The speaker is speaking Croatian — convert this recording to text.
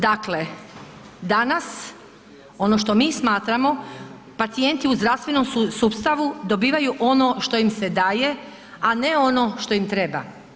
Dakle, danas ono što mi smatramo, pacijenti u zdravstvenom sustavu dobivaju ono što im se daje a ne ono što im treba.